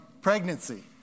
Pregnancy